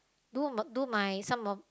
do m~ do my some of